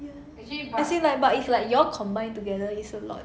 as in like but it's like you all combined together is a lot